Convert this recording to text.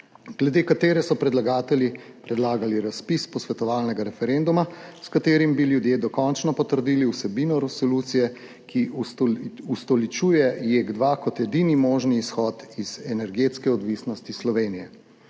glede katere so predlagatelji predlagali razpis posvetovalnega referenduma, s katerim bi ljudje dokončno potrdili vsebino resolucije, ki ustoličuje JEK2 kot edini možni izhod iz energetske odvisnosti Slovenije.